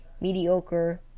mediocre